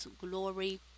glory